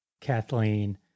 Kathleen